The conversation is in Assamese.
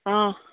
অঁ